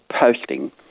posting